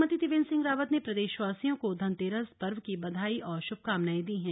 मुख्यमंत्री त्रिवेन्द्र सिंह रावत ने प्रदेशवासियों को धनतेरस पर्व की बधाई और शुभकामनाएं दी है